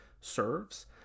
serves